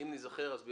אם ניזכר אז נביא.